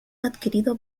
adquirido